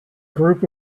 group